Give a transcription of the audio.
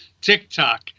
TikTok